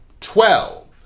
twelve